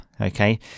Okay